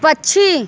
पक्षी